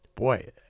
Boy